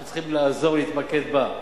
צריכים לעזור ולהתמקד בה.